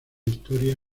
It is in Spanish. historia